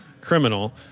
criminal